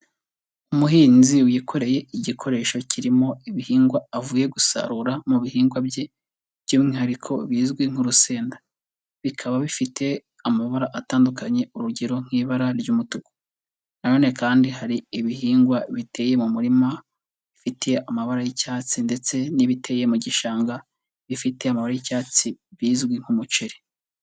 Umuhinzi wikoreye igikoresho kirimo ibihingwa avuye gusarura mu bihingwa bye, by'umwihariko bizwi nk'urusenda. Bikaba bifite amabara atandukanye urugero nk'ibara ry'umutuku. Na none kandi hari ibihingwa biteye mu murima bifitiye amabara y'icyatsi ndetse n'ibiteye mu gishanga bifite amabara y'icyatsi bizwi nk'umuceri.